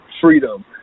freedom